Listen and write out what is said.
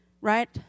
right